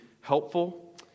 helpful